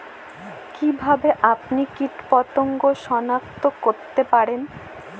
কিভাবে আপনি কীটপতঙ্গ সনাক্ত করতে পারেন?